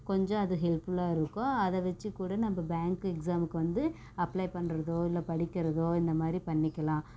கொஞ்சம் அது ஹெல்ப்புல்லாக இருக்கும் அதை வச்சிக்கூட நம்ம பேங்க்கு எக்ஸாமுக்கு வந்து அப்ளே பண்ணுறதோ இல்லை படிக்கிறதோ இந்த மாதிரி பண்ணிக்கலாம்